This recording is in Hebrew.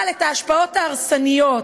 אבל ההשפעות ההרסניות,